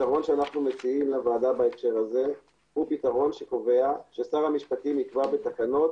הפתרון שאנחנו מציעים לוועדה הוא פתרון שקובע ששר המשפטים יקבע בתקנות